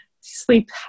sleep